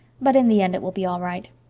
but in the end it will be all right.